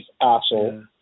asshole